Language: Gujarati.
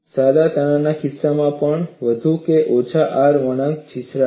સાદા તાણના કિસ્સામાં પણ વધુ કે ઓછા R વળાંક છીછરા છે